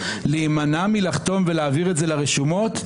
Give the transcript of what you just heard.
להימנע מלחתום ולהעביר את זה לרשומות,